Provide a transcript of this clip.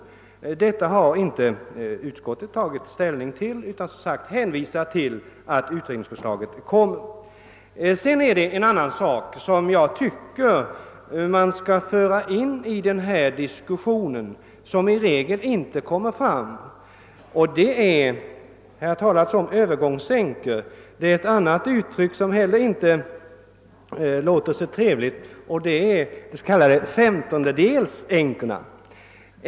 Utskottet har inte tagit ställning till detta förslag utan har hänvisat till det betänkande som utredningen kommer att framlägga. En annan fråga, som enligt min mening borde tas upp i denna diskussion men som i regel inte brukar beröras, gäller de änkor vilka med: ett uttryck som inte låter så trevligt brukar kallas. femtondedelsänkor.